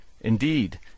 indeed